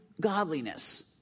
godliness